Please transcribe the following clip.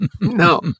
No